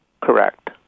Correct